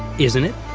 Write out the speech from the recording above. isn't it?